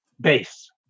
base